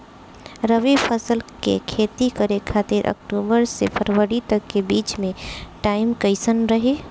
रबी फसल के खेती करे खातिर अक्तूबर से फरवरी तक के बीच मे टाइम कैसन रही?